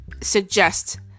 suggest